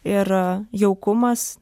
ir jaukumas